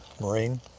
Marine